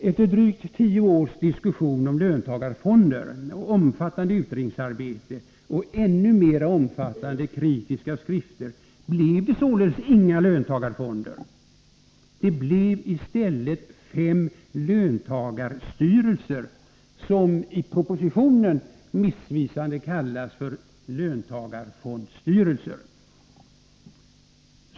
Efter drygt tio års diskussion om löntagarfonder och omfattande utredningsarbete och ännu mera omfattande kritiska skrifter blir det således inga löntagarfonder. Det blir i stället fem löntagarstyrelser, som i propositionen missvisande kallas för löntagarfondsstyrelser.